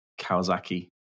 Kawasaki